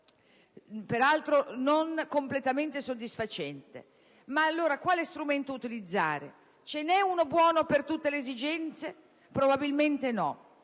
spesso non completamente soddisfacente Ma allora quale strumento utilizzare? Ce ne è uno buono per tutte le esigenze? Probabilmente no.